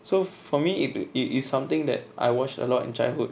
so for me it is something that I watched a lot in childhood